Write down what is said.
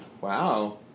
Wow